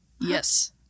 Yes